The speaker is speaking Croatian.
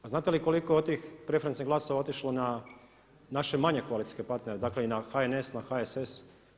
A znate li koliko je od tih preferencijalnih glasova otišlo na naše manje koalicijske partnere, dakle na HNS, na HSS?